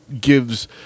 gives